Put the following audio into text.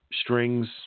Strings